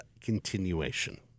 continuation